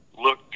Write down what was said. look